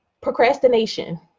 Procrastination